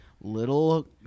Little